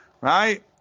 Right